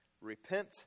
Repent